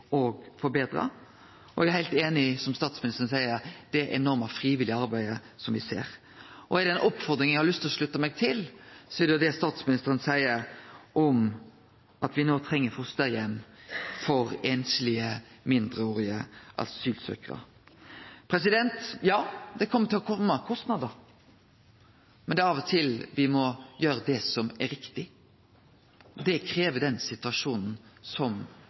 og eg er heilt einig i det statsministeren seier om det enorme, frivillige arbeidet som me ser. Og er det ei oppfordring eg har lyst til å slutte meg til, så er det det statsministeren seier om at me no treng fosterheimar for einslege mindreårige asylsøkjarar. Det kjem til å kome kostnader, men av og til må me gjere det som er riktig. Det krev den situasjonen som